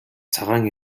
цагаан